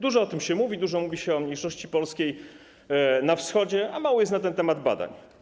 Dużo o tym się mówi, dużo mówi się o mniejszości polskiej na Wschodzie, a mało jest na ten temat badań.